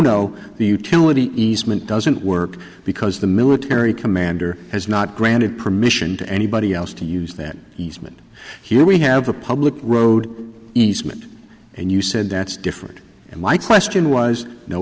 no the utility easement doesn't work because the military commander has not granted permission to anybody else to use that easement here we have a public road easement and you said that's different and my question was no